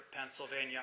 Pennsylvania